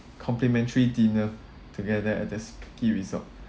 complimentary dinner together at the ski resort